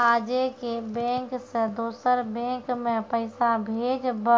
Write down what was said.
आजे के बैंक से दोसर बैंक मे पैसा भेज ब